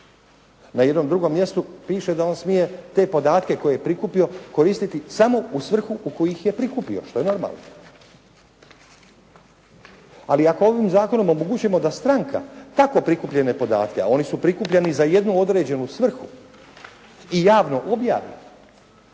Na jednom drugom mjestu piše da on smije te podatke koje je prikupio koristiti samo u svrhu u koju ih je prikupio što je normalno. Ali ako ovim zakonom omogućujemo da stranka tako prikupljene podatke, a oni su prikupljeni za jednu određenu svrhu i javno objavi